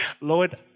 Lord